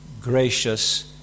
gracious